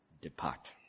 depart